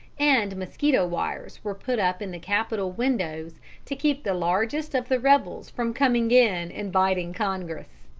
and mosquito-wires were put up in the capitol windows to keep the largest of the rebels from coming in and biting congress.